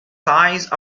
size